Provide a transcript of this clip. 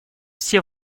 все